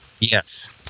Yes